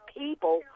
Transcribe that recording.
people